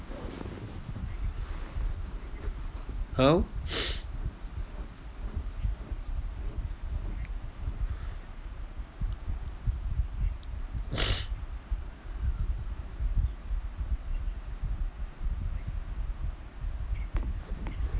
how